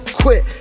quit